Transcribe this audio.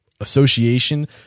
association